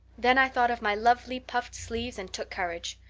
then i thought of my lovely puffed sleeves and took courage.